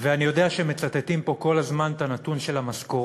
ואני יודע שמצטטים פה כל הזמן את הנתון של המשכורות,